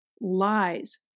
Lies